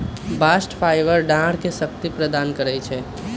bast fibre डांरके शक्ति प्रदान करइ छै